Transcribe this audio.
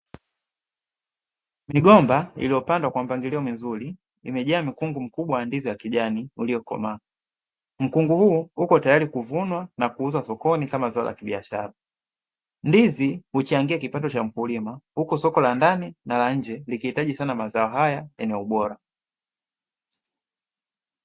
Migomba iliyopandwa kwa mipangilio mizuri , imejaa mkungu mkubwa wa ndizi wa kijani uliokomaa, mkungu huu uko tayari kuvunwa na kuuzwa sokoni kama zao la kibiashara, ndizi huchangia kipato cha mkulima, huku soko la ndani na la nje likihitaji sana mazao haya yenye ubora.